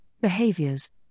behaviors